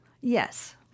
Yes